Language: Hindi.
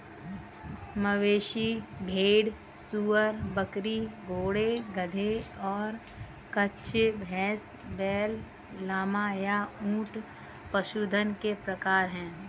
मवेशी, भेड़, सूअर, बकरी, घोड़े, गधे, और खच्चर, भैंस, बैल, लामा, या ऊंट पशुधन के प्रकार हैं